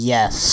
Yes